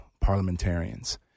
parliamentarians